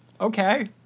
Okay